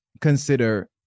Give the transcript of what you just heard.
consider